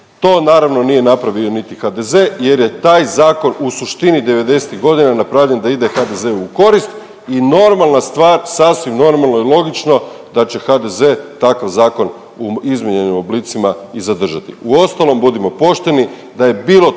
To naravno nije napravio niti HDZ jer je taj zakon u suštini '90.-tih godina napravljen da ide HDZ-u u korist i normalna stvar, sasvim normalno i logično da će HDZ takav zakon u izmijenjenim oblicima i zadržati. Uostalom budimo pošteni, da je bilo tko